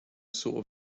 sort